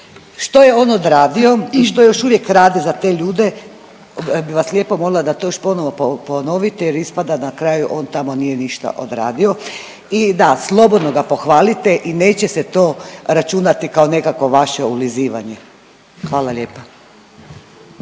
Što je on odradio i što još uvijek radi za te ljude, ja bi vas lijepo molila da to još ponovo ponovite jer ispada na kraju da on tamo nije ništa odradio. I da, slobodno ga pohvalite i neće se to računati kao nekakvo vaše ulizivanje, hvala lijepa.